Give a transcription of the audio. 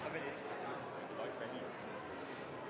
har vært lagt til